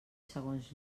segons